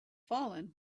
fallen